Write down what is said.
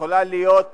יכולה להיות